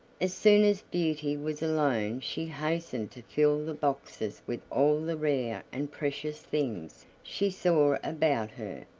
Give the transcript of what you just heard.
as soon as beauty was alone she hastened to fill the boxes with all the rare and precious things she saw about her,